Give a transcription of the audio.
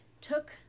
took